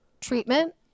treatment